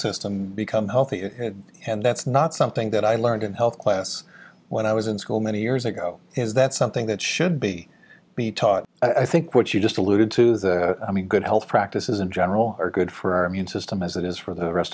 systems become healthier and that's not something that i learned in health class when i was in school many years ago is that something that should be be taught i think what you just alluded to that i mean good health practices in general are good for our immune system as it is for the rest